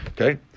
Okay